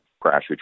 crash